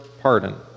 pardon